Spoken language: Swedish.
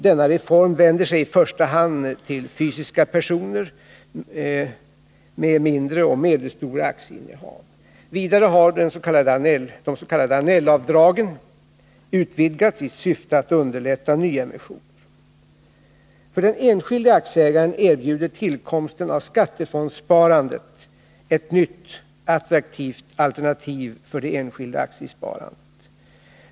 Denna reform vänder sig i första hand till fysiska personer med mindre och medelstora aktieinnehav. Vidare har de s.k. Annellavdragen utvidgats i syfte att underlätta nyemissioner. För den enskilde aktieägaren erbjuder tillkomsten av skattefondssparandet ett nytt attraktivt alternativ för aktiesparande.